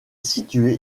situé